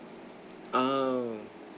oh